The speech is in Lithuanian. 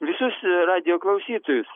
visus radijo klausytojus